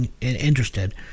interested